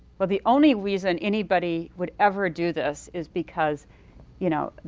well the only reason anybody would ever do this is because you know,